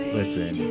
listen